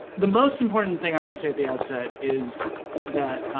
the most important thing i want to say at the outset is that,